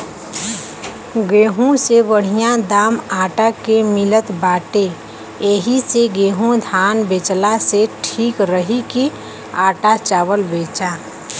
गेंहू से बढ़िया दाम आटा के मिलत बाटे एही से गेंहू धान बेचला से ठीक रही की आटा चावल बेचा